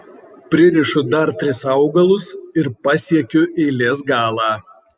pririšu dar tris augalus ir pasiekiu eilės galą